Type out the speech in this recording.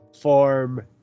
form